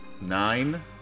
Nine